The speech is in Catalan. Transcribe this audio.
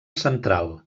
central